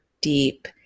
deep